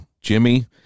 Jimmy